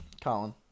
Colin